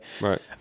Right